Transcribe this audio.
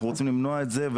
אנחנו רוצים למנוע את זה,